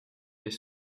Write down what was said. des